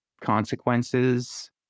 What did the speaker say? consequences